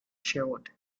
sherwood